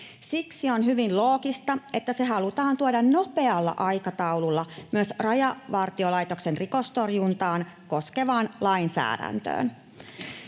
Siksi on hyvin loogista, että se halutaan tuoda nopealla aikataululla myös Rajavartiolaitoksen rikostorjuntaa koskevaan lainsäädäntöön.